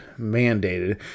mandated